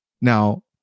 Now